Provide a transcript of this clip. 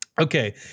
Okay